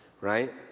Right